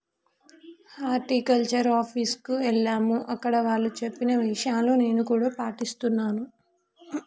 horticulture office కు ఎల్లాము అక్కడ వాళ్ళు చెప్పిన విషయాలు నేను కూడా పాటిస్తున్నాను